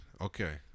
Okay